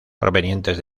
provenientes